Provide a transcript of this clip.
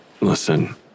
Listen